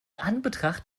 anbetracht